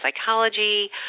psychology